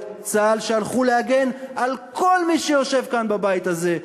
צה"ל שהלכו להגן על כל מי שיושב כאן בבית הזה,